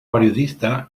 periodista